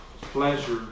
pleasure